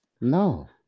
No